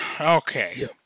Okay